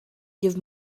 give